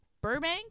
Burbank